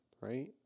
right